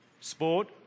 sport